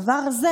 הדבר הזה,